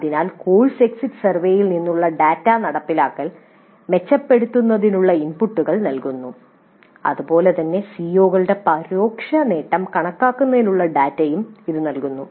അതിനാൽ course exit സർവേയിൽ നിന്നുള്ള ഡാറ്റ നടപ്പിലാക്കൽ മെച്ചപ്പെടുത്തുന്നതിനുള്ള ഇൻപുട്ടുകൾ നൽകുന്നു അതുപോലെ തന്നെ സിഒകളുടെ പരോക്ഷ നേട്ടം കണക്കാക്കുന്നതിനുള്ള ഡാറ്റയും ഇത് നൽകുന്നു